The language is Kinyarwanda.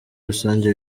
rusange